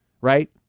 right